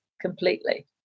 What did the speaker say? completely